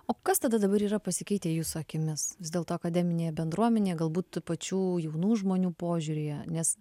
o kas tada dabar yra pasikeitę jūsų akimis vis dėlto akademinėje bendruomenėj galbūt tų pačių jaunų žmonių požiūryje nes